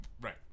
Right